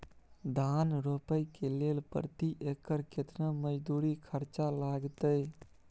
धान रोपय के लेल प्रति एकर केतना मजदूरी खर्चा लागतेय?